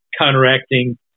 counteracting